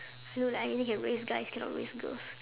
I look like I only can raise guys cannot raise girls